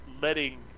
letting